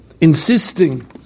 insisting